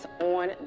on